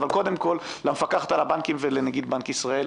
אבל קודם כול למפקחת על הבנקים ולנגיד בנק ישראל.